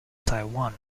taiwan